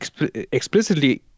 explicitly